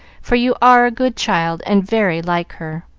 for you are a good child, and very like her.